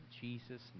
Jesus